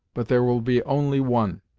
but there will be only one.